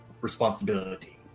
responsibility